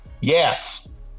Yes